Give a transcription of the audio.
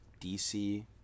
DC